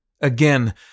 Again